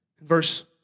Verse